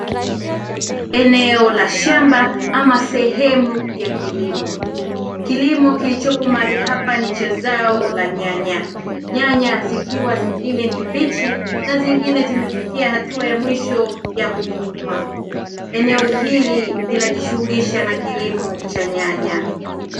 Eneo la shamba ama sehemu ya kilimo. Kilimo kilichopo mahali hapa ni cha zao la nyanya, nyanya zikiwa zingine ni mbichi na nyingine zimefikia hatua ya mwisho ya kuvunwa. Eneo hili linajishughulisha na kilimo cha nyanya.